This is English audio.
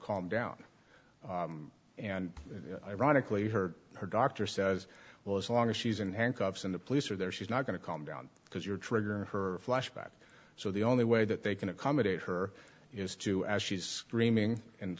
calm down and ironically her her doctor says well as long as she's in handcuffs and the police are there she's not going to calm down because you're trigger her flashback so the only way that they can accommodate her is to as she's screaming and